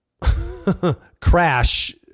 crash